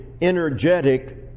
energetic